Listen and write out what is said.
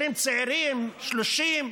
20 צעירים, 30,